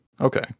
Okay